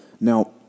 Now